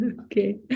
Okay